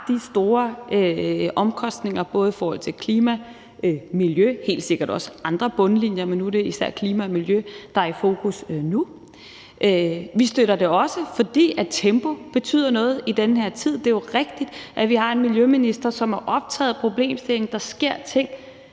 har store omkostninger både i forhold til klima og miljø – helt sikkert også i forhold til andre bundlinjer, men nu er det især klima og miljø, der er i fokus. Vi støtter det også, fordi tempo betyder noget i den her tid. Det er rigtigt, at vi har en miljøminister, som er optaget af problemstillingen – der sker ting